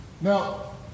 Now